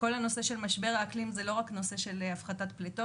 כל הנושא של משבר האקלים זה לא רק נושא של הפחתת פליטות,